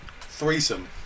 Threesome